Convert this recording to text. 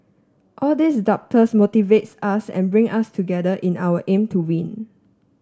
all these doubters motivates us and bring us together in our aim to win